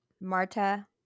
Marta